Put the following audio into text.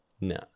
No